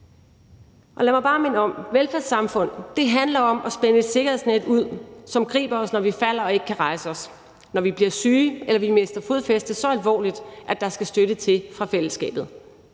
Lad mig bare minde om, at velfærdssamfund handler om at spænde et sikkerhedsnet ud, som griber os, når vi falder og ikke kan rejse os, når vi bliver syge, eller når vi mister fodfæste så alvorligt, at der skal støtte til fra fællesskabet.